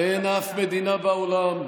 אין אף מדינה בעולם,